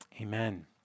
Amen